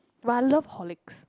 but I love Horlicks